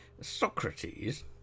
Socrates